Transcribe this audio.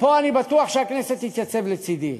ופה אני בטוח שהכנסת תתייצב לצדי,